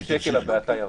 ב-750 שקל הבעתה ירדה.